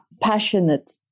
passionate